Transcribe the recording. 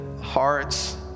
hearts